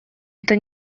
это